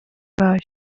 bayo